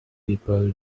people